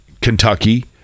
Kentucky